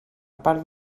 part